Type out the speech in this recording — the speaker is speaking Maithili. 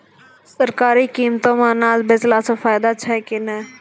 सरकारी कीमतों मे अनाज बेचला से फायदा छै कि नैय?